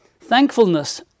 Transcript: Thankfulness